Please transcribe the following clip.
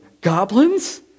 Goblins